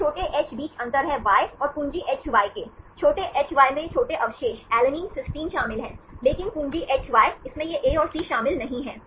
इस छोटे h बीच अंतर है y और पूंजी Hy के छोटे hy में ये छोटे अवशेष अलैनिन सिस्टीन शामिल हैं लेकिन पूंजी Hy इसमें यह A और C शामिल नहीं हैं